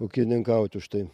ūkininkauti už tai